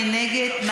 מי נגד?